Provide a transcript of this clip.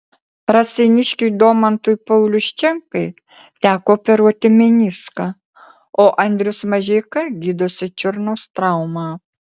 raseiniškiui domantui pauliuščenkai teko operuoti meniską o andrius mažeika gydosi čiurnos traumą